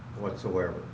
whatsoever